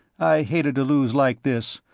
i hated to lose like this,